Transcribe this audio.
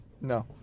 No